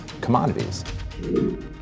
commodities